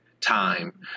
time